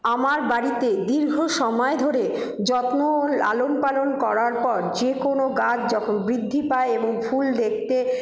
আমার বাড়িতে দীর্ঘ সময় ধরে যত্ন ও লালন পালন করার পর যেকোনো গাছ যখন বৃদ্ধি পায় এবং ফুল দেখতে